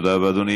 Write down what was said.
תודה רבה, אדוני.